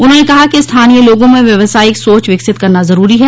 उन्होंने कहा कि स्थानीय लोगों में व्यावसायिक सोच विकसित करना जरूरी है